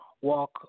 walk